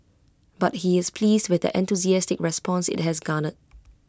but he is pleased with the enthusiastic response IT has garnered